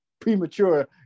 premature